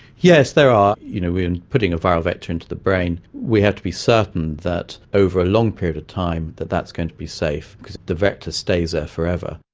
yes, there are. you know we are and putting a viral vector into the brain, we have to be certain that over a long period of time that that's going to be safe, because the vector stays there forever.